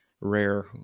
rare